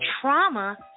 trauma